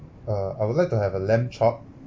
uh I would like to have a lamb chop